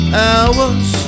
hours